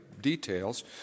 details